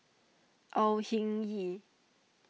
Au Hing Yee